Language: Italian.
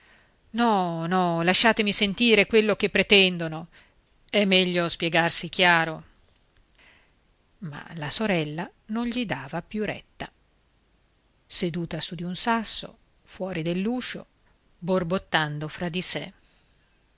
no no lasciatemi sentire quello che pretendono è meglio spiegarsi chiaro ma la sorella non gli dava più retta seduta su di un sasso fuori dell'uscio borbottando fra di sè